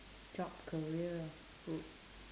job career food